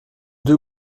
deux